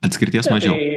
atskirties mažiau